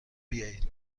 بیایید